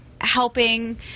helping